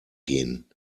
gehen